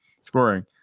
scoring